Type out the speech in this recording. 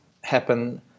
happen